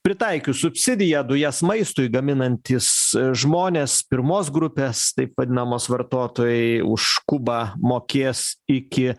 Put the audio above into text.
pritaikius subsidiją dujas maistui gaminantys žmonės pirmos grupės taip vadinamos vartotojai už kubą mokės iki